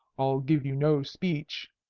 i'll give you no speech.